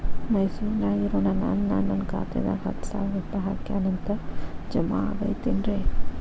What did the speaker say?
ಮೈಸೂರ್ ನ್ಯಾಗ್ ಇರೋ ನನ್ನ ಅಣ್ಣ ನನ್ನ ಖಾತೆದಾಗ್ ಹತ್ತು ಸಾವಿರ ರೂಪಾಯಿ ಹಾಕ್ಯಾನ್ ಅಂತ, ಜಮಾ ಆಗೈತೇನ್ರೇ?